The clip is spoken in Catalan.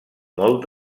molt